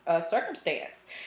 circumstance